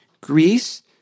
Greece